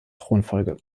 thronfolge